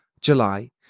July